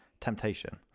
Temptation